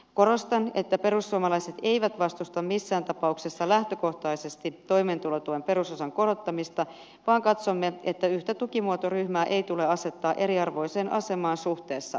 korostan että perussuomalaiset eivät vastusta missään tapauksessa lähtökohtaisesti toimeentulotuen perusosan korottamista vaan katsomme että yhtä tukimuotoryhmää ei tule asettaa eriarvoiseen asemaan suhteessa muihin